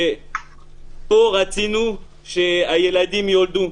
ופה רצינו שהילדים ייוולדו,